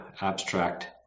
abstract